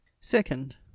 Second